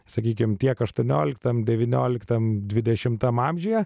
sakykime tiek aštuonioliktam devyniokitam dvidešimtam amžiuje